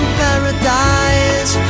paradise